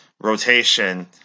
rotation